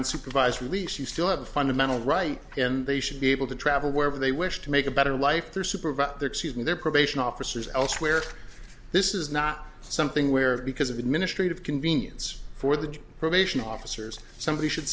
on supervised release you still have a fundamental right and they should be able to travel wherever they wish to make a better life their supervisor and their probation officers elsewhere this is not something where because of administrative convenience for the probation officers somebody should